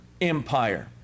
empire